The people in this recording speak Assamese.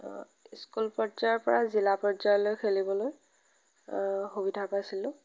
স্কুল পৰ্য্যায়ৰ পৰা জিলা পৰ্য্যায়লৈ খেলিবলৈ সুবিধা পাইছিলোঁ